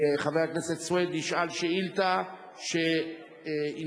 חבר הכנסת ישאל שאילתא שעניינה: